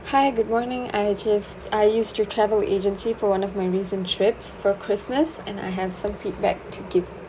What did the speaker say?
hi good morning I just I used your travel agency for one of my recent trips for christmas and I have some feedback to give